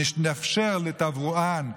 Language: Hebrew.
נאפשר לתברואן,